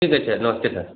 ठीक है सर नमस्ते सर